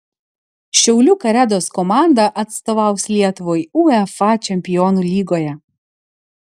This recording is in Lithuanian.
šiaulių karedos komanda atstovaus lietuvai uefa čempionų lygoje